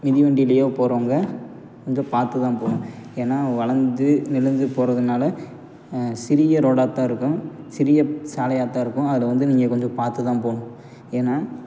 மிதிவண்டிலயோ போகறவங்க கொஞ்சம் பார்த்துதான் போகணும் ஏன்னா வளைஞ்சி நெளிஞ்சு போகறதுனால சிறிய ரோடாகதான் இருக்கும் சிறிய சாலையாகதான் இருக்கும் அதில் வந்து நீங்கள் கொஞ்சம் பார்த்துதான் போகணும் ஏனா